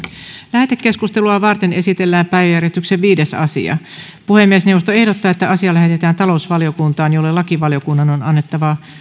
lähetekeskustelua varten esitellään päiväjärjestyksen viides asia puhemiesneuvosto ehdottaa että asia lähetetään talousvaliokuntaan jolle lakivaliokunnan on annettava